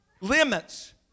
limits